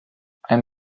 ein